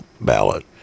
ballot